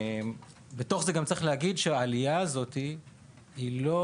בתוך זה גם צריך להגיד, שהעלייה הזאת היא לא